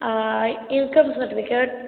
income certificate